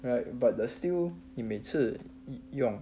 right but the stale 你每次用